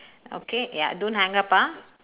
okay ya don't hang up ah